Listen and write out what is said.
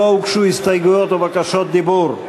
לא הוגשו הסתייגויות או בקשות דיבור.